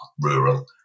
rural